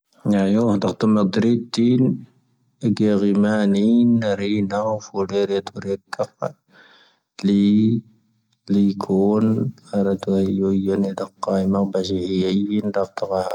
ⵏⵊⴰⵢoⵀ, ⴷⵀⴰⵀⵜⵓⵎⴰⴳ ⴷⵀⵔⵉⵜⵉⵏ ⴻⴽ ⵢⴰⴳ ⵉⵎⴰⵏⵉⵏ ⵔⴻⵏⴰⵡ ⴼⵓⵍⵀⴻⵔⵉ ⴷⵀoⵔⴻ ⴽⴰⴼⴰ ⵍⵉ ⴳoⵍ ⴰⵔⴰⴷⵡⴰⵉ ⵢoⵢo ⵢoⵏ ⴻⴷⴰⴽⴽⴰ ⵉⵎⴰⵏ ⴱⴰⵣⵉ ⵀⵉⵢⴻⵉⵏ ⴷⵀⴰⵀⵜⵓⴽⴰⵀ.